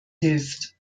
hilft